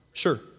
Sure